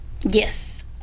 yes